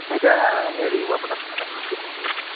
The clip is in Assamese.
আইতা হেৰি মই আপোনাক কথা এটা সুধোঁ বুলি ফোন কৰিলোঁ